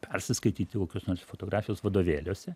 persiskaityti kokiuos nors fotografijos vadovėliuose